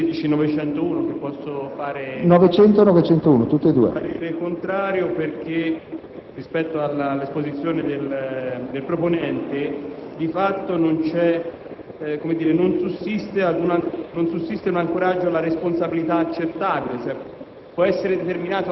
ugualmente parere contrario perché, rispetto all'illustrazione del proponente, di fatto non sussiste un ancoraggio alla responsabilità accertabile.